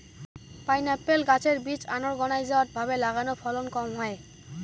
pineapple গাছের বীজ unorganised ভাবে লাগালে ফলন কম হয়